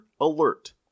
Alert